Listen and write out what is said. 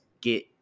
get